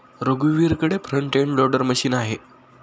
रघुवीरकडे front end loader machine आहे